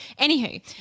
Anywho